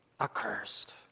accursed